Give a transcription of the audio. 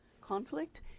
conflict